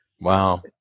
Wow